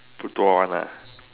不多 one ah